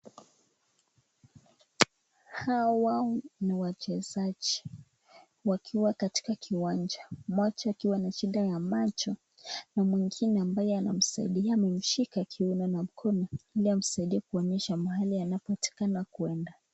Hawa ni wachezaji wakiwa katika kiwanja mmoja akiwa na shida ya macho na mwingine ambaye anamsaidia kushika kiuno mkono ambaye anamsaidia kumwonyesha mahali anapotakikana kwenda.